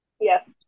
Yes